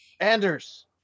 Anders